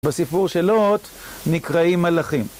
בסיפור של לוט, נקראים מלאכים.